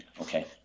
Okay